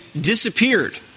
disappeared